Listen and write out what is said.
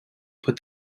put